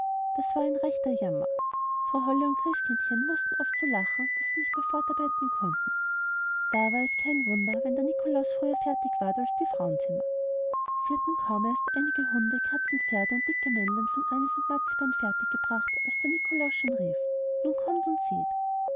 das war ein rechter jammer frau holle und christkindchen mußten oft so lachen daß sie nicht mehr fortarbeiten konnten da war es kein wunder wenn der nikolaus früher fertig ward als die frauenzimmer sie hatten kaum erst einige hunde katzen pferde und dicke männlein von anis und marzipan fertiggebracht als der nikolaus schon rief nun kommt und seht